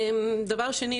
דבר שני,